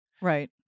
Right